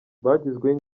bagizweho